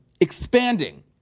expanding